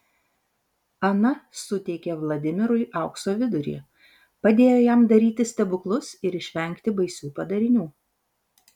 ana suteikė vladimirui aukso vidurį padėjo jam daryti stebuklus ir išvengti baisių padarinių